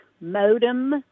modem